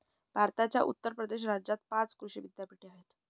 भारताच्या उत्तर प्रदेश राज्यात पाच कृषी विद्यापीठे आहेत